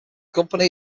company